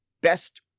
best